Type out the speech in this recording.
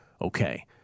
Okay